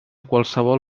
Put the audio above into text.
qualsevol